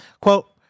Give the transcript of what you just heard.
Quote